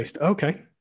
Okay